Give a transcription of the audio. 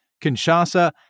Kinshasa